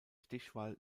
stichwahl